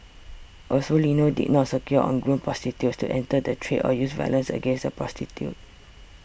also Lino did not secure or groom prostitutes to enter the trade or use violence against the prostitutes